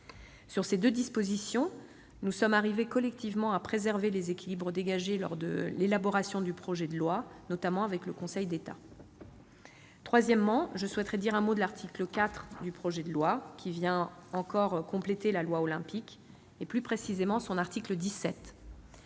Sur ces deux dispositions, nous sommes arrivés collectivement à préserver les équilibres dégagés lors de l'élaboration du projet de loi, notamment avec le Conseil d'État. Je souhaite maintenant dire un mot de l'article 4 du projet de loi, qui vient, là encore, compléter la loi Olympique et, plus précisément, son article 17.